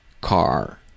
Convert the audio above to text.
car